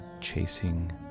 chasing